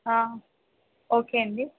okay అండి